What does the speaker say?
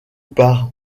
par